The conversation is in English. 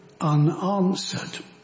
unanswered